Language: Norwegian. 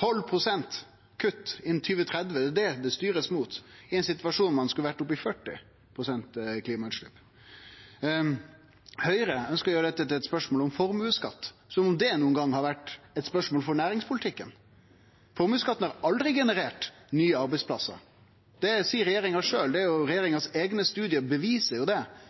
12 pst. kutt innan 2030 er kva ein styrer mot, i ein situasjon der ein skulle vore oppe i 40 pst. kutt i klimagassutslepp. Høgre ønskjer å gjere dette til eit spørsmål om formuesskatt, som om det nokon gong har vore eit spørsmål for næringspolitikken. Formuesskatten har aldri generert nye arbeidsplassar. Det seier regjeringa sjølv. Regjeringa sine eigne studiar viser det. Viss ein er